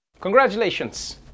Congratulations